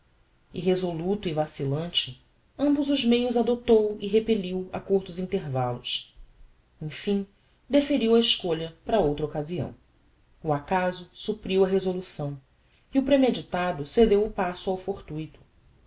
oral irresoluto e vacillante ambos os meios adoptou e repelliu a curtos intervallos emfim deferiu a escolha para outra occasião o acaso suppriu a resolução e o premeditado cedeu o passo ao fortuito